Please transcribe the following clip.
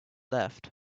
left